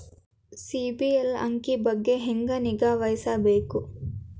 ಸಿಬಿಲ್ ಅಂಕಿ ಬಗ್ಗೆ ಹೆಂಗ್ ನಿಗಾವಹಿಸಬೇಕು?